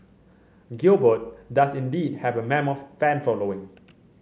gilbert does indeed have a mammoth fan following